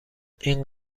این